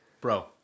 bro